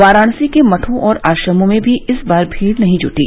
वाराणसी के मठों और आश्रमों में भी इस बार भीड़ नहीं जुटी